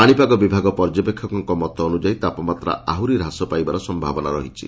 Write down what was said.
ପାଶିପାଗ ବିଭାଗ ପର୍ଯ୍ୟବେଷକଙ୍କ ମତ ଅନୁଯାୟୀ ତାପମାତ୍ରା ଆହୁରି ହ୍ରାସ ପାଇବାର ସମ୍ଭାବନା ରହିଛି